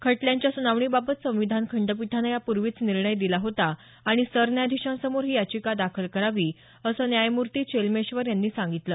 खटल्यांच्या सुनावणी बाबत संविधान खंडपीठानं यापूर्वींच निर्णय दिला होता आणि सर न्यायाधीशांसमोर ही याचिका दाखल करावी असं न्यायमूर्ती चेलमेश्वर यांनी सांगितलं